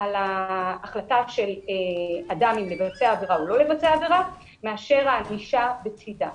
על ההחלטה של אדם אם לבצע עבירה או לא לבצע עבירה מאשר הענישה בצידה.